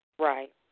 Right